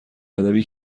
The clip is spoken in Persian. ادبی